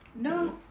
No